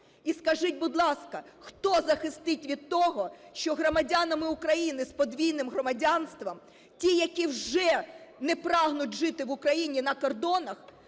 І скажіть, будь ласка, хто захистить від того, що громадянами України з подвійним громадянством, ті, які вже не прагнуть жити в Україні на кордонах,